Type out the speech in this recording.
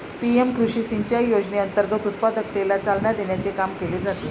PM कृषी सिंचाई योजनेअंतर्गत उत्पादकतेला चालना देण्याचे काम केले जाते